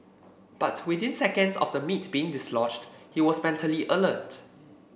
but within seconds of the meat being dislodged he was mentally alert